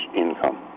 income